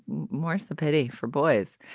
more's the pity for boys.